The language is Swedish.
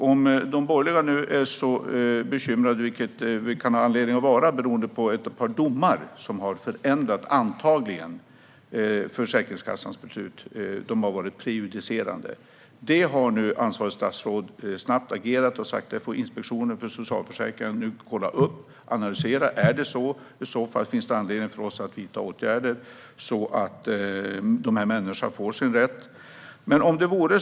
Om de borgerliga partierna är så bekymrade, vilket man kan ha anledning att vara beroende på ett par domar som antagligen har förändrat Försäkringskassans beslut eftersom de har varit prejudicerande, kan jag säga att ansvarigt statsråd snabbt har agerat och sagt att Inspektionen för socialförsäkringen nu får kolla upp och analysera om det är så. I så fall finns det anledning för oss att vidta åtgärder, så att dessa människor får det som de har rätt till.